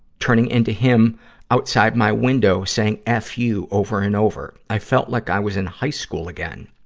turning into him outside my windows saying f you over and over. i felt like i was in high school again.